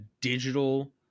digital